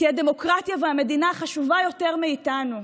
כי הדמוקרטיה והמדינה חשובות יותר מאיתנו.